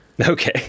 Okay